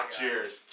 Cheers